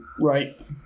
Right